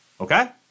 Okay